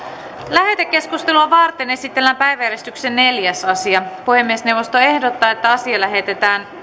lähetekeskustelua varten esitellään päiväjärjestyksen neljäs asia puhemiesneuvosto ehdottaa että asia lähetetään